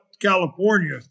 california